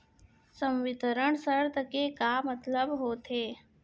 संवितरण शर्त के का मतलब होथे?